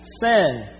sin